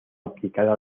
aplicada